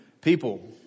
people